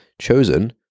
chosen